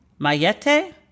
mayete